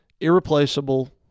irreplaceable